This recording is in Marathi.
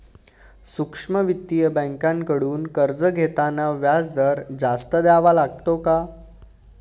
सूक्ष्म वित्तीय बँकांकडून कर्ज घेताना व्याजदर जास्त द्यावा लागतो का?